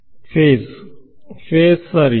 ವಿದ್ಯಾರ್ಥಿ face face ಸರಿ